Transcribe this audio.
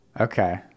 Okay